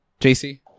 JC